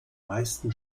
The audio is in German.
meisten